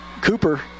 cooper